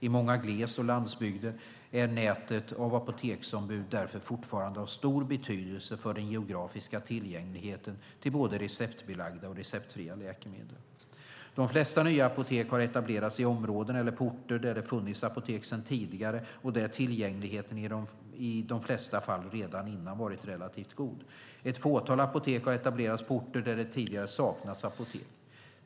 I många gles och landsbygder är nätet av apoteksombud därför fortfarande av stor betydelse för den geografiska tillgängligheten till både receptbelagda och receptfria läkemedel. De flesta nya apotek har etablerats i områden eller på orter där det funnits apotek sedan tidigare och där tillgängligheten i de flesta fall redan innan varit relativt god. Ett fåtal apotek har etablerats på orter där det tidigare saknats apotek.